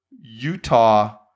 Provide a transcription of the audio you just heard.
Utah